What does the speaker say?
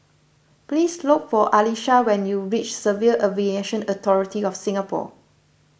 please look for Elisha when you reach Civil Aviation Authority of Singapore